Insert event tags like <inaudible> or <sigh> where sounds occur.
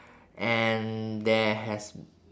<breath> and there has